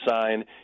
sign